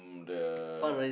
the